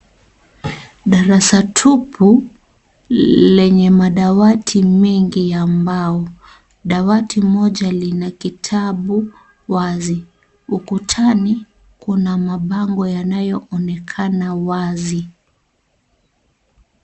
Darasa tupu lenye madawati mengi ya mbao dawati moja lina kitabu wazi ukutani kuna mabango yanayo onekana wazi.